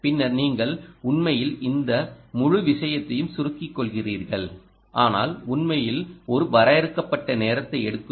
பின்னர் நீங்கள் உண்மையில் இந்த முழு விஷயத்தையும் சுருக்கிக் கொள்கிறீர்கள் ஆனால் அது உண்மையில் ஒரு வரையறுக்கப்பட்ட நேரத்தை எடுக்கும்